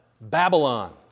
Babylon